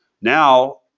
Now